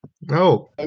No